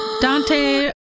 Dante